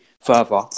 further